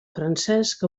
francesc